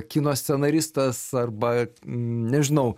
kino scenaristas arba nežinau